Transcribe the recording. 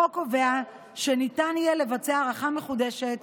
החוק קובע שיהיה ניתן לבצע הערכה מחודשת